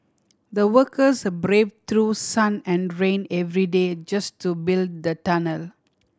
the workers brave through sun and rain every day just to build the tunnel